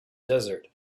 desert